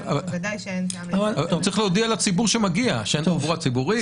אבל צריך להודיע לציבור שמגיע שאין תחבורה ציבורית.